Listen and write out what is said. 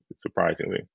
surprisingly